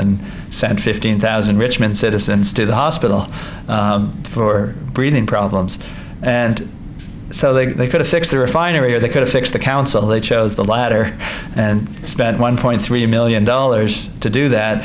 and send fifteen thousand richmond citizens to the hospital for breathing problems and so they couldn't fix the refinery or they couldn't fix the council they chose the latter and spent one point three million dollars to do that